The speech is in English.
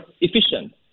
efficient